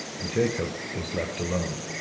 and jacob was left alone.